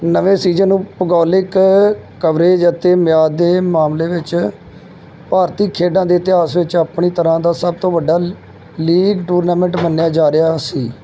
ਨਵੇਂ ਸੀਜਨ ਨੂੰ ਭੂਗੋਲਿਕ ਕਵਰੇਜ ਅਤੇ ਮਿਆਦ ਦੇ ਮਾਮਲੇ ਵਿੱਚ ਭਾਰਤੀ ਖੇਡਾਂ ਦੇ ਇਤਿਹਾਸ ਵਿੱਚ ਆਪਣੀ ਤਰ੍ਹਾਂ ਦਾ ਸਭ ਤੋਂ ਵੱਡਾ ਲੀਗ ਟੂਰਨਾਮੈਂਟ ਮੰਨਿਆ ਜਾ ਰਿਹਾ ਸੀ